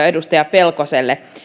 edustaja pelkoselle